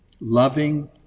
loving